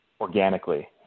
organically